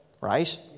right